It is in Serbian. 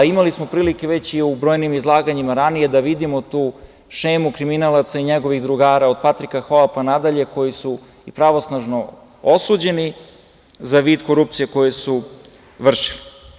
Imali smo prilike u brojnim izlaganjima ranije da vidimo tu šemu kriminalaca i njegovih drugara, od Patrika Hoa, pa nadalje, koji su i pravosnažno osuđeni za vid korupcije koju su vršili.